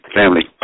family